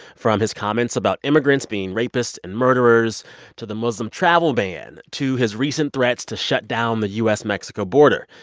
from his comments about immigrants being rapists and murderers to the muslim travel ban to his recent threats to shut down the u s. mexico border,